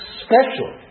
special